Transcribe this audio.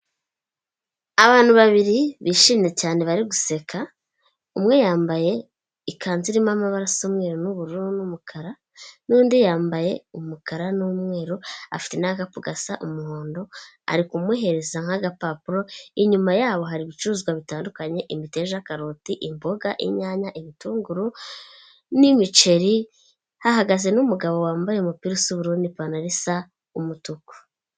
Abantu babiri bishimye cyane bari guseka umwe yambaye ikanzu irimo amabara asa umweru n'ubururu n'umukara n'undi yambaye umukara n'umweru afite n'agakapu gasa umuhondo ari kumuhereza nk'agapapuro inyuma yabo hari ibicuruzwa bitandukanye imiteja, karoti, imboga, inyanya, ibitunguru n'imiceri hahagaze n'umugabo wambaye umupira usa ubururu n'ipantaro isa umutuku.